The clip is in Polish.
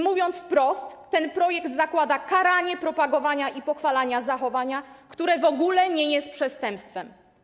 Mówiąc wprost, ten projekt zakłada karanie propagowania i pochwalania zachowania, które w ogóle nie jest przestępstwem.